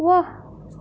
ৱাহ